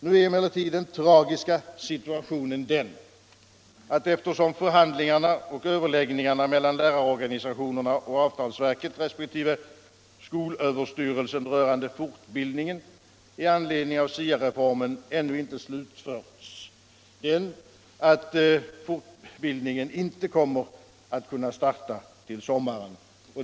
Nu är emellertid den tragiska situationen den att eftersom förhandlingarna och överläggningarna mellan lärarorganisationerna och avtalsverket resp. skolöverstyrelsen rörande fortbildning i anledning av SIA-reformen ännu inte slutförts kommer fortbildningen inte att kunna starta till sommaren.